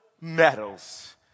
medals